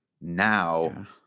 now